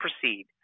proceed